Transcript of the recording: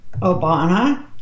Obama